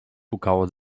pukało